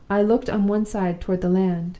i looked on one side toward the land,